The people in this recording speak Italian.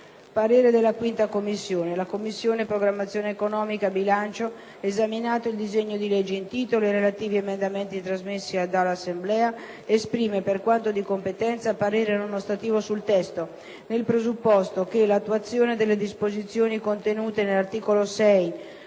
parere non ostativo». «La Commissione programmazione economica, bilancio, esaminato il disegno di legge in titolo ed i relativi emendamenti trasmessi dall'Assemblea, esprime, per quanto di competenza, parere non ostativo sul testo, nel presupposto che l'attuazione delle disposizioni contenute nell'articolo 6,